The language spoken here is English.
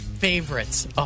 favorites